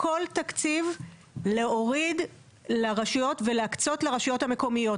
כל תקציב להוריד לרשויות ולהקצות לרשויות המקומיות.